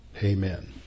Amen